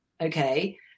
okay